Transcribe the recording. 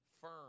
firm